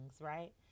right